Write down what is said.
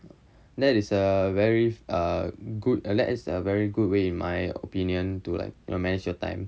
that is a very err good that is a very good way my opinion to like you manage your time